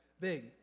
Big